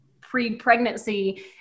pre-pregnancy